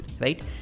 right